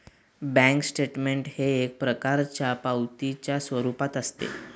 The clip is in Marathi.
बँक स्टेटमेंट हे एक प्रकारच्या पावतीच्या स्वरूपात असते